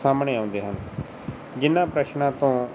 ਸਾਹਮਣੇ ਆਉਂਦੇ ਹਨ ਜਿਹਨਾਂ ਪ੍ਰਸ਼ਨਾਂ ਤੋਂ